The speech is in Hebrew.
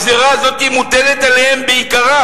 הגזירה הזאת מוטלת עליהם בעיקרה.